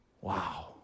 Wow